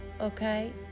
okay